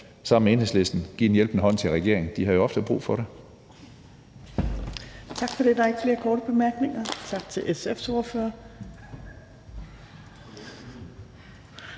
sammen med Enhedslisten give en hjælpende hånd til regeringen. De har jo ofte brug for det.